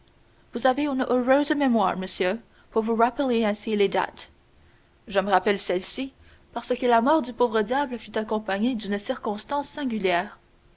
vous avez une heureuse mémoire monsieur pour vous rappeler ainsi les dates je me rappelle celle-ci parce que la mort du pauvre diable fut accompagnée d'une circonstance singulière